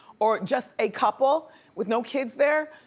or just a couple with no kids there,